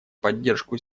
поддержку